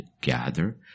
Gather